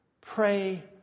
pray